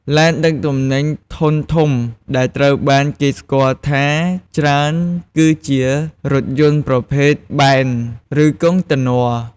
ឡានដឹកទំនិញធុនធំដែលត្រូវបានគេស្គាល់ថាច្រើនគឺជារថយន្តប្រភេទបែន ឬកុងតឺន័រ។